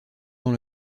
dans